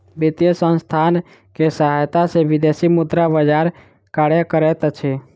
वित्तीय संसथान के सहायता सॅ विदेशी मुद्रा बजार कार्य करैत अछि